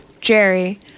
jerry